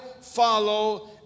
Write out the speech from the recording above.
follow